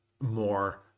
more